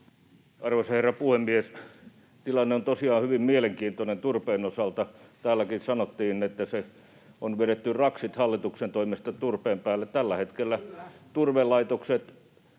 Arvoisa herra puhemies! Tilanne on tosiaan hyvin mielenkiintoinen turpeen osalta. Täälläkin sanottiin, että on vedetty raksit hallituksen toimesta turpeen päälle. [Oikealta: